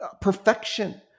perfection